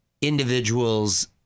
individuals